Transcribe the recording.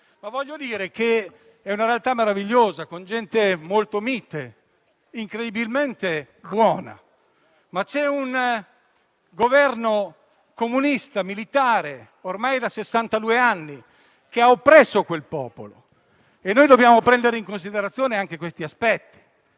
per correttezza. È una realtà meravigliosa, con gente molto mite e incredibilmente buona, ma c'è un Governo comunista e militare ormai da sessantadue anni che ha oppresso quel popolo e dobbiamo prendere in considerazione anche questi aspetti.